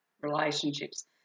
relationships